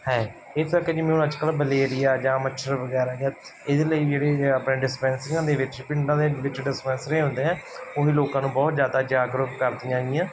ਹੈ ਇਸ ਕਰਕੇ ਜਿਵੇਂ ਹੁਣ ਅੱਜ ਕੱਲ੍ਹ ਮਲੇਰੀਆ ਜਾਂ ਮੱਛਰ ਵਗੈਰਾ ਜਾਂ ਇਹਦੇ ਲਈ ਜਿਹੜੇ ਆਪਣੇ ਡਿਸਪੈਂਸਰੀਆਂ ਦੇ ਵਿੱਚ ਪਿੰਡਾਂ ਦੇ ਵਿੱਚ ਡਿਸਪੈਂਸਰੀਆਂ ਹੁੰਦੀਆਂ ਉਹ ਵੀ ਲੋਕਾਂ ਨੂੰ ਬਹੁਤ ਜ਼ਿਆਦਾ ਜਾਗਰੂਕ ਕਰਦੀਆਂ ਗੀਆਂ